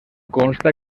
consta